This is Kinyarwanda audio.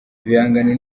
ibihangano